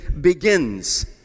begins